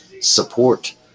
support